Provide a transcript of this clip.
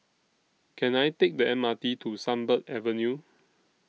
Can I Take The M R T to Sunbird Avenue